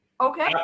Okay